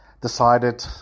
decided